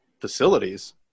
facilities